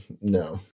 no